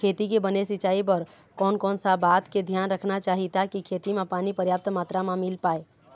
खेती के बने सिचाई बर कोन कौन सा बात के धियान रखना चाही ताकि खेती मा पानी पर्याप्त मात्रा मा मिल पाए?